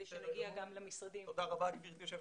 תודה רבה גברתי,